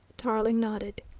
tarling nodded.